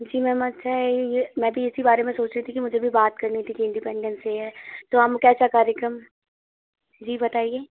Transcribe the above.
जी ma'am अच्छा है ये मैं भी इसी बारे में सोच रही थी कि मुझे भी बात करनी थी कि इंडिपेंडेंस डे है तो हम कैसा कार्यक्रम जी बताइए